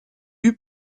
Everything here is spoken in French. eut